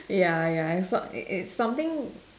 ya ya it's not it's something